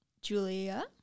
julia